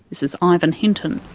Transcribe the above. this is ivan hinton.